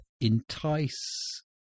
entice